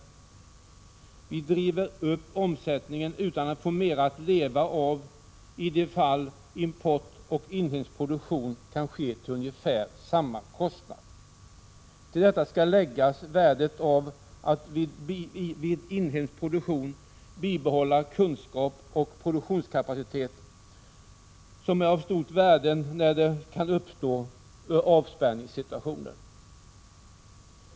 1986/87:47 Vi driver därmed upp omsättningen utan att få mer att leva av i de fall import — 11 december 1986 och inhemsk produktion kan ske till ungefär samma kostnad. Till detta skall Z—GA läggas det stora värdet bibehållen inhemsk produktion, kunskap och produktionskapacitet har vid eventuella avspärrningssituationer.